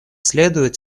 следует